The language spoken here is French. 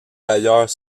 d’ailleurs